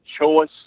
choice